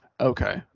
Okay